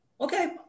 Okay